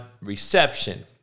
Reception